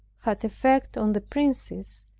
had effect on the princess,